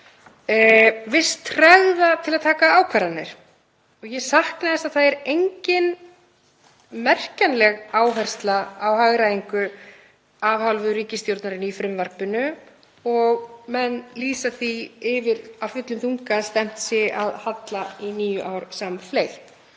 viss tregða við að taka ákvarðanir. Ég sakna þess að það er engin merkjanleg áhersla á hagræðingu af hálfu ríkisstjórnarinnar í frumvarpinu og menn lýsa því yfir af fullum þunga að stefnt sé að halla í níu ár samfleytt.